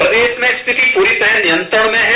प्रदेश में स्थिति पूरी तरह नियंत्रण में है